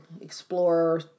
explorer